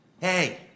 hey